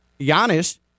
Giannis